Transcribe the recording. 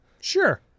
Sure